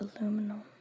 Aluminum